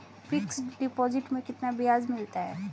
Fix deposit में कितना ब्याज मिलता है?